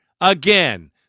again